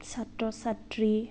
ছাত্ৰ ছাত্ৰী